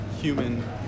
human